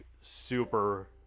super